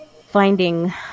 finding